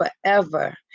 forever